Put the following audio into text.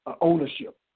ownership